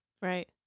Right